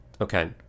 Okay